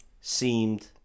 seemed